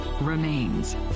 remains